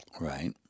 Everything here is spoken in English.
Right